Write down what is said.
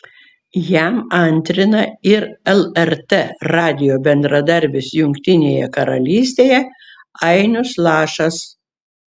jam antrina ir lrt radijo bendradarbis jungtinėje karalystėje ainius lašas